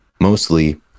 mostly